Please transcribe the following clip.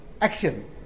action